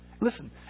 Listen